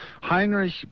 heinrich